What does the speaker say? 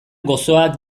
gozoak